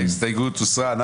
ההסתייגות הוסרה.